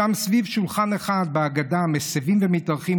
שם סביב שולחן אחד בהגדה מסיבים ומתארחים,